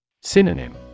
Synonym